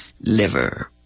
liver